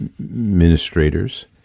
administrators